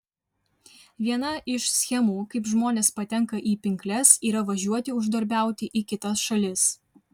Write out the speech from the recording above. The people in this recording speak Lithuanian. viena iš schemų kaip žmonės patenka į pinkles yra važiuoti uždarbiauti į kitas šalis